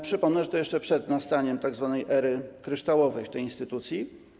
Przypomnę, że to jeszcze przed nastaniem tzw. ery kryształowej w tej instytucji.